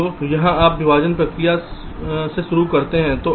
तो यहाँ आप विभाजन प्रक्रिया से शुरू करते हैं